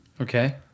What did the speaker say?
Okay